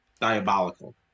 diabolical